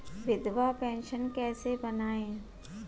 विधवा पेंशन कैसे बनवायें?